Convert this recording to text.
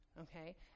Okay